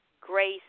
grace